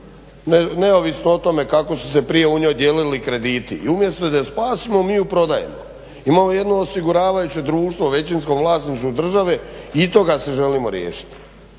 neovisno o tome kako su se prije u njoj dijelili krediti i umjesto da ju spasimo mi ju prodajemo. Imamo jedno osiguravajuće društvo u većinskom vlasništvu države i toga se želimo riješiti.